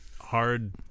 hard